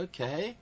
Okay